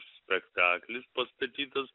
spektaklis pastatytas